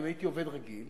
אם הייתי עובד רגיל,